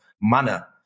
manner